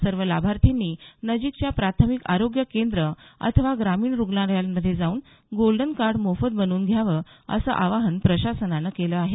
सर्व लाभार्थींनी नजिकच्या प्राथमिक आरोग्य केंद्र अथवा ग्रामीण रुग्णालयांमध्ये जाऊन गोल्डन कार्ड मोफत बनवून घ्यावं असं आवाहन प्रशासनानं केलं आहे